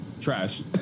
trash